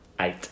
Eight